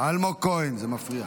חבר הכנסת אלמוג, זה מפריע.